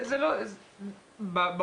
יש כאלה שעושות את זה פחות,